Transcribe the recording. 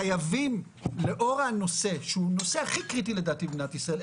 חייבים לאור הנושא שהוא נושא הכי קריטי לדעתי במדינת ישראל,